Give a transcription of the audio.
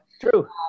true